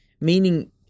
meaning